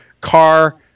car